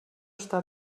està